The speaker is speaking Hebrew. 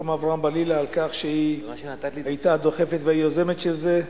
רוחמה אברהם בלילא על כך שהיא היתה הדוחפת והיוזמת של זה.